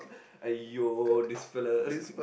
!aiyo! this fella